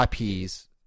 IPs